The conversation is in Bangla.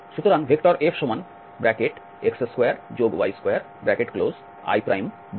সুতরাং Fx2y2i 2xyj